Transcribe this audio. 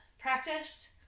practice